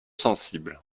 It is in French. sensibles